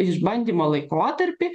išbandymo laikotarpį